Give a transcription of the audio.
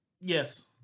Yes